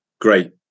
great